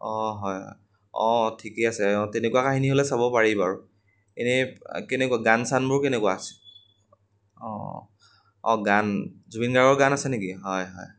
অঁ হয় হয় অঁ ঠিকে আছে অঁ তেনেকুৱা কাহিনী হ'লে চাব পাৰি বাৰু এনেই কেনেকুৱা গান চানবোৰ কেনেকুৱা আছে অঁ অঁ গান জুবিন গাৰ্গৰ গান আছে নেকি হয় হয়